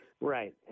Right